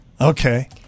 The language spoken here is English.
Okay